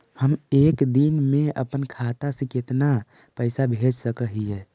हम एक दिन में अपन खाता से कितना पैसा भेज सक हिय?